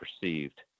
perceived